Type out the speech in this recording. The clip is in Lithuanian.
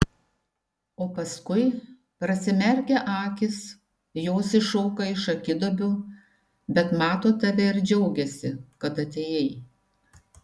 o paskui prasimerkia akys jos iššoka iš akiduobių bet mato tave ir džiaugiasi kad atėjai